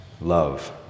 love